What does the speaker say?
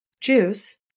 juice